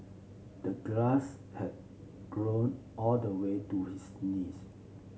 the grass had grown all the way to his knees